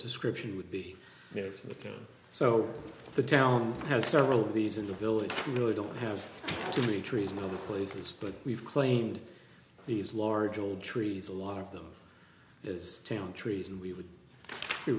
description would be here today so the town has several of these in the building you know don't have too many trees in other places but we've claimed these large old trees a lot of them is down trees and we would be